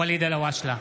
ואליד אלהואשלה,